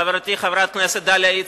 חברתי חברת הכנסת דליה איציק,